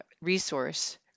resource